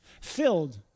filled